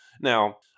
now